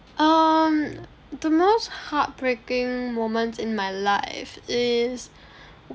um the most heartbreaking moments in my life is